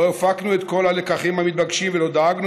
לא הפקנו את כל הלקחים המתבקשים ולא דאגנו